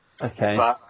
Okay